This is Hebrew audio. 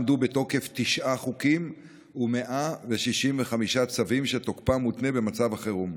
עמדו בתוקף תשעה חוקים ו-165 צווים שתוקפם מותנה במצב החירום,